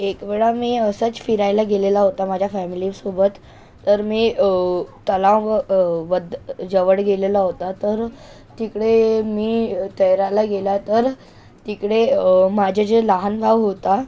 एक वेळा मी असंच फिरायला गेलेला होता माझ्या फॅमिलीसोबत तर मी तलाव बद जवळ गेलेला होता तर तिकडे मी तैरायला गेला तर तिकडे माझे जे लहान भाऊ होता